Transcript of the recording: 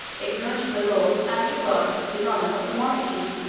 ignorant of the laws, and regardless of the honor, of the monarchy.